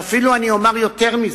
ואפילו אומר יותר מזה: